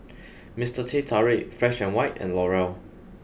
Mister Teh Tarik fresh and white and L'Oreal